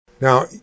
Now